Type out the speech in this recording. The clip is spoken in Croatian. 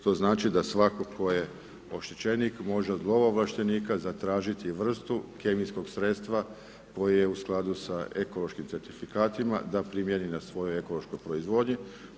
To znači da svatko tko je oštećenik može od lovo ovlaštenika zatražiti vrstu kemijskog sredstva koje je u skladu sa ekološkim certifikatima da primjeni na svojoj ekološkoj proizvodnji.